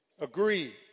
agree